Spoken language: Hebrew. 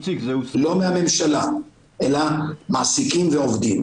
לא מהממשלה, אלא מעסיקים ועובדים.